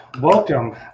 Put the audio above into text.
Welcome